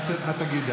את תגידי,